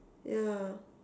yeah